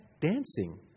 dancing